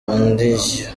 andi